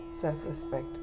self-respect